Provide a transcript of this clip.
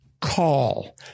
call